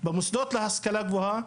במוסדות להשכלה גבוהה,